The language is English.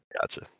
Gotcha